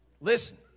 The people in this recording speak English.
Listen